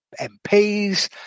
MPs